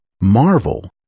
marvel